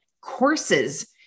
courses